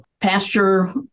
pasture